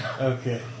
Okay